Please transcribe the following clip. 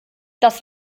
dass